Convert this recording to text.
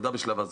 בשלב הזה.